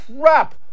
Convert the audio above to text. crap